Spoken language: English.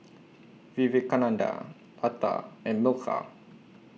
Vivekananda Lata and Milkha